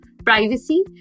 privacy